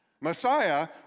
Messiah